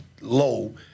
low